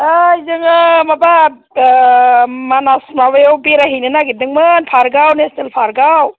ओइ जोङो माबा ओ मानास माबायाव बेरायहैनो नागेरदोंमोन पार्कआव नेसनेल पार्कआव